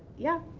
yeah.